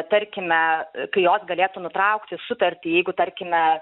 tarkime kai jos galėtų nutraukti sutartį jeigu tarkime